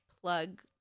plug